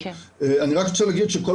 אני רק רוצה להגיד שכל